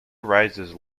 rises